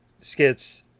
skits